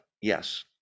Yes